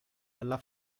alla